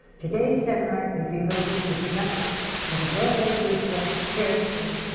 today's seminar is devoted to the production of the broadway musical hairspray,